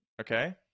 okay